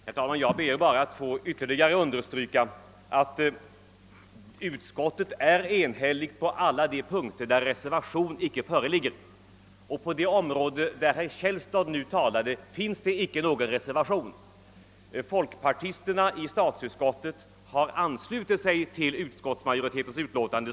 Herr talman! Jag vill bara ytterligare understryka att utskottet är enhälligt på alla de punkter där reservation icke föreligger. Beträffande den fråga herr Källstad nu yttrade sig om finns inte heller någon reservation. Folkpartisterna i statsutskottet har sålunda anslutit sig till utskottsmajoritetens utlåtande.